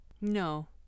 No